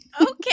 okay